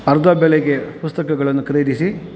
ಅರ್ಧ ಬೆಲೆಗೆ ಪುಸ್ತಕಗಳನ್ನು ಖರೀದಿಸಿ